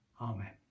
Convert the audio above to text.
Amen